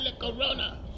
Corona